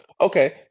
okay